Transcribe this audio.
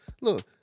Look